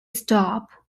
stop